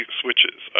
switches